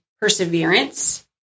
perseverance